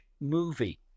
movie